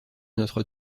notre